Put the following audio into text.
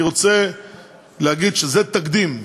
אני רוצה להגיד שזה תקדים,